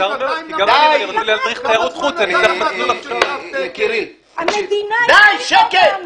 אם אני רוצה להדריך תיירות חוץ --- המדינה הסמיכה אותנו.